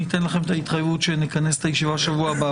ניתן לכם את ההתחייבות שנכס את הישיבה בשבוע הבא,